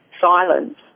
silence